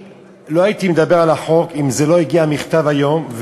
לא הייתי מדבר על החוק אם לא היה מגיע המכתב היום,